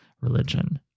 religion